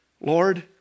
Lord